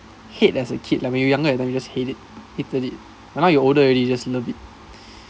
hate as a kid like when you younger that time you just hate it hated it then now you're older already you just love it